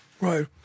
Right